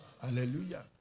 Hallelujah